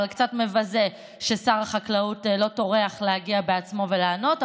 שזה קצת מבזה ששר החקלאות לא טורח להגיע בעצמו ולענות.